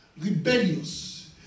rebellious